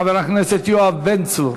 חבר הכנסת יואב בן צור.